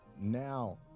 now